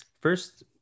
First